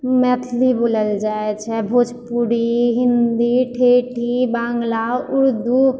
मैथिली बोलल जाइ छै भोजपुरी हिन्दी ठेठी बंगला उर्दू